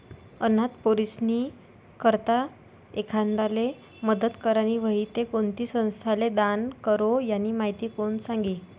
अनाथ पोरीस्नी करता एखांदाले मदत करनी व्हयी ते कोणती संस्थाले दान करो, यानी माहिती कोण सांगी